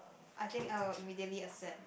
I think I will immediately accept